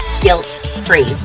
guilt-free